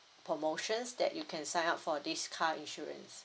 promotions that you can sign up for this car insurance